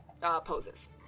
poses